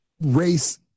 race